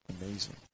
Amazing